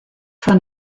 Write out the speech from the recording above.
von